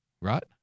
right